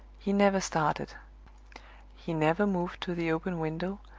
he never started he never moved to the open window,